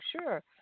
sure